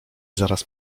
zaraz